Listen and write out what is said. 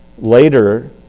Later